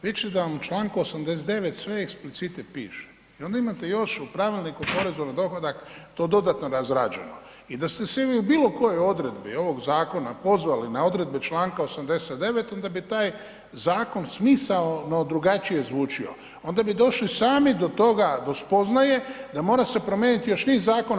Vidjet ćete da vam u čl. 89. sve eksplicite piše i onda imate još u Pravilniku o porezu na dohodak to dodatno razrađeno i da ste se vi u bilo kojoj odredbi ovog zakona pozvali na odredbe čl. 89. onda bi taj zakon smisaono drugačije zvučio, onda bi došli sami do toga, do spoznaje da mora se promijeniti još niz zakona.